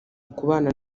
ukubana